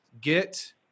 Get